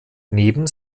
neben